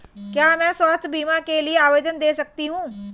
क्या मैं स्वास्थ्य बीमा के लिए आवेदन दे सकती हूँ?